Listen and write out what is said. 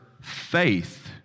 faith